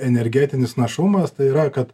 energetinis našumas tai yra kad